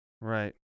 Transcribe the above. Right